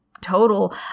total